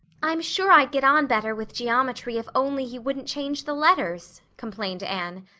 i'm sure i'd get on better with geometry if only he wouldn't change the letters, complained anne.